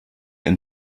ein